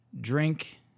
drink